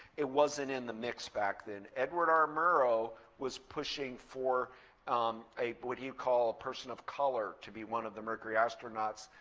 it wasn't in the mix back then. edward r murrow was pushing for um what you call a person of color to be one of the mercury astronauts,